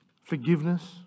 forgiveness